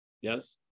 Yes